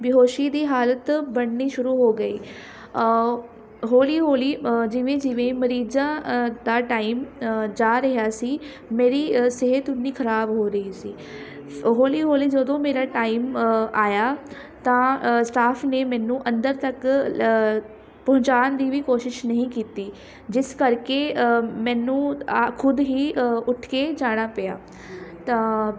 ਬੇਹੋਸ਼ੀ ਦੀ ਹਾਲਤ ਬਣਨੀ ਸ਼ੁਰੂ ਹੋ ਗਈ ਹੌਲੀ ਹੌਲੀ ਜਿਵੇਂ ਜਿਵੇਂ ਮਰੀਜ਼ਾਂ ਦਾ ਟਾਈਮ ਜਾ ਰਿਹਾ ਸੀ ਮੇਰੀ ਸਿਹਤ ਓਨੀ ਖਰਾਬ ਹੋ ਰਹੀ ਸੀ ਹੌਲੀ ਹੌਲੀ ਜਦੋਂ ਮੇਰਾ ਟਾਈਮ ਆਇਆ ਤਾਂ ਸਟਾਫ ਨੇ ਮੈਨੂੰ ਅੰਦਰ ਤੱਕ ਪਹੁੰਚਾਉਣ ਦੀ ਵੀ ਕੋਸ਼ਿਸ਼ ਨਹੀਂ ਕੀਤੀ ਜਿਸ ਕਰਕੇ ਮੈਨੂੰ ਆ ਖੁਦ ਹੀ ਉੱਠ ਕੇ ਜਾਣਾ ਪਿਆ ਤਾਂ